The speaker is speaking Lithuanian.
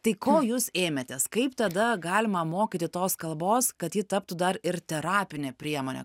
tai ko jūs ėmėtės kaip tada galima mokyti tos kalbos kad ji taptų dar ir terapinė priemonė